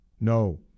No